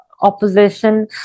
opposition